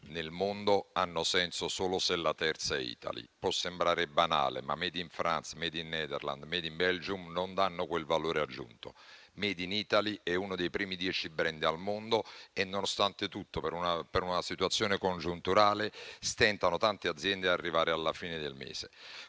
nel mondo hanno senso solo se la terza è *Italy*. Può sembrare banale, ma *made in* *France*, in *Nederland* o in *Belgium*, non hanno quel valore aggiunto. *Made in Italy* è uno dei primi dieci *brand* al mondo e, nonostante tutto, per una situazione congiunturale, tante aziende stentano ad arrivare alla fine del mese.